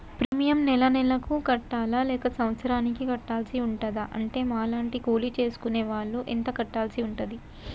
Premium నెల నెలకు కట్టాలా లేక సంవత్సరానికి కట్టాల్సి ఉంటదా? ఉంటే మా లాంటి కూలి చేసుకునే వాళ్లు ఎంత కట్టాల్సి ఉంటది?